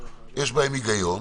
יש בהם היגיון.